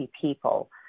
people